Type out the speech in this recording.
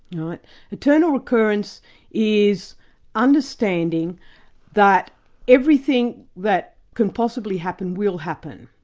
yeah but eternal recurrence is understanding that everything that can possibly happen, will happen.